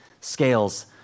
scales